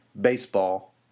baseball